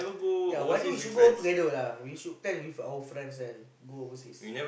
ya one day we should go together lah we should plan with our friends and go overseas